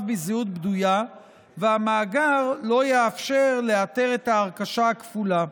בזהות בדויה והמאגר לא יאפשר לאתר את ההרכשה הכפולה.